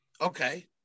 Okay